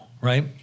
right